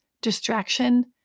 distraction